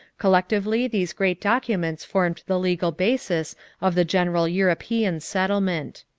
collectively these great documents formed the legal basis of the general european settlement.